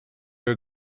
are